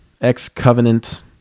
ex-covenant